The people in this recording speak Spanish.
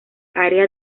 área